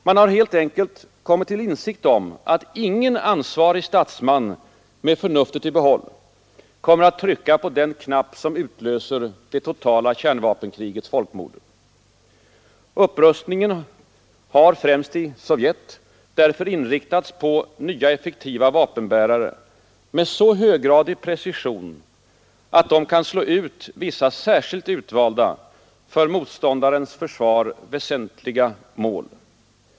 Man har helt enkelt kommit till insikt om att ingen ansvarig statsman med förnuftet i behåll kommer att trycka på den knapp som utlöser det totala kärnvapenkrigets folkmord. Upprustningen har främst i Sovjet därför inriktats på nya effektiva vapenbärare med så höggradig precision, att de kan slå ut vissa särskilt utvalda, för motståndarens försvar väsentliga mål.